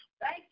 Thank